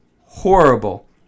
horrible